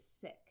sick